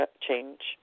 change